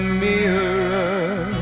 mirror